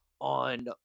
on